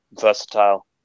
versatile